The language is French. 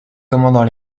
commandant